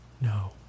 No